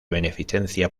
beneficencia